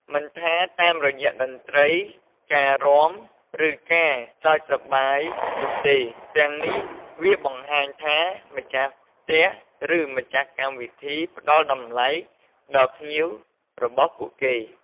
មិនថាតាមរយៈតន្ត្រី ការរាំ ឬ ការសើចសប្បាយនោះទេ ទាំងនេះវាបង្ហាញថា ម្ចាស់ផ្ទះ ឬ ម្ចាស់កម្មវិធីផ្ដល់តម្លៃដល់ភ្ញៀវរបស់ពួកគេ។